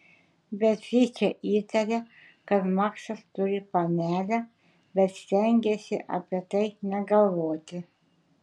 beatričė įtarė kad maksas turi panelę bet stengėsi apie tai negalvoti